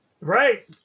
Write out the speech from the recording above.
Right